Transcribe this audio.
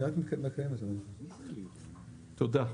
תודה.